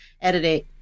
editing